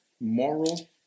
moral